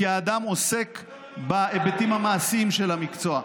כי האדם עוסק בהיבטים המעשיים של המקצוע,